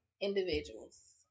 individuals